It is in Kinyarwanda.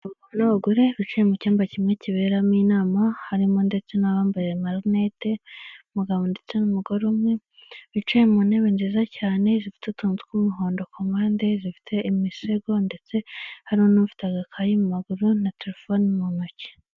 Abagabo n'abagore bicaye mu cyumba kimwe kiberamo inama harimo ndetse n'abambaye amarinete, umugabo ndetse n'umugore umwe bicaye mu ntebe nziza cyane zifite utuntu tw'umuhondo ku mpande ,zifite imisego ndetse hari n'ufite agakayi mu maguru na telefone mu ntoki.